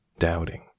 Doubting